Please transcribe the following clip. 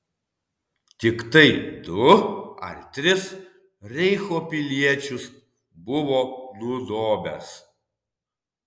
tiktai du ar tris reicho piliečius buvo nudobęs